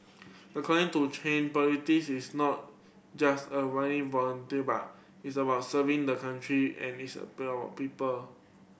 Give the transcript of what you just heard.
according to Chan politics is not just a winning vote but its about serving the country and its people